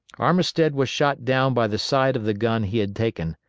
armistead was shot down by the side of the gun he had taken.